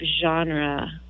genre